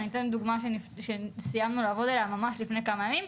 ואני אתן דוגמה שסיימנו לעבוד עליה ממש לפני כמה ימים,